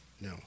No